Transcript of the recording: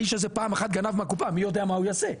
האיש הזה פעם אחת גנב מהקופה מי יודע מה הוא יעשה,